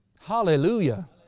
Hallelujah